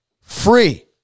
free